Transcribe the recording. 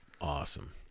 Awesome